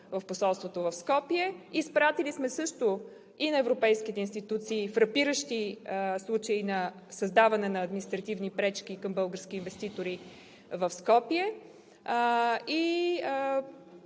в Посолството в Скопие. Изпратили сме също и на европейските институции фрапиращи случаи на създаване на административни пречки към български инвеститори в Скопие.